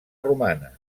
romanes